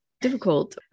difficult